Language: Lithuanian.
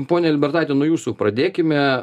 ponia liubertaite nuo jūsų pradėkime